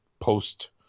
post